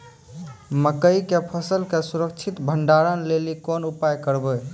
मकई के फसल के सुरक्षित भंडारण लेली कोंन उपाय करबै?